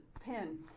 pin